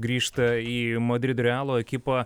grįžta į madrido realo ekipą